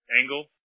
angle